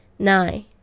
Nine